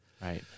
Right